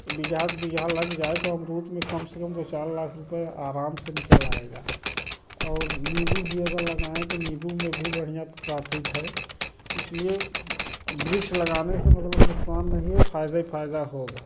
बीघात बीघा लग जाए तो अमरुद में कम से कम दो चार लाख रुपये आराम से निकल निकल आएगा और नीम्बू भी अगर लगाएँ तो नीम्बू में भी बढ़िया प्राफिट है इसलिए वृक्ष लगाने से मतलब नुक्सान नहीं है फायदे फायदा होगा